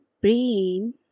brain